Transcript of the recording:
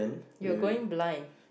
you going blind